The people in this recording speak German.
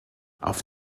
auf